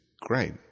great